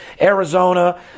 Arizona